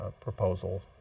proposal